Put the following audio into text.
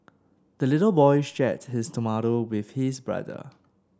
the little boy shared his tomato with his brother